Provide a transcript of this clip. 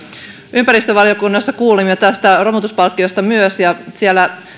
ympäristövaliokunnassa kuulimme tästä romutuspalkkiosta myös ja siellä